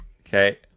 okay